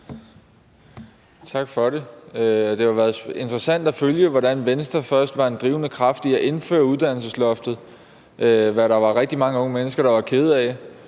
Tak for det. Det har jo været interessant at følge, hvordan Venstre først var en drivende kraft i at indføre uddannelsesloftet, hvad der var rigtig mange unge mennesker, der var kede af,